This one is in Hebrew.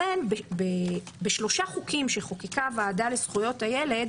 לכן בשלושה חוקים שחוקקה הוועדה לזכויות הילד